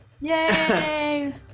Yay